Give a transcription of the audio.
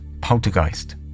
Poltergeist